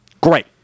Great